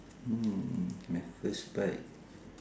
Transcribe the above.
mm my first bike